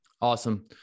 Awesome